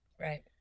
Right